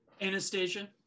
Anastasia